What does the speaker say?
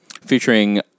featuring